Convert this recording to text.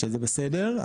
שזה בסדר,